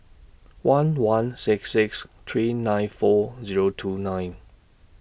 one one six six three nine four Zero two nine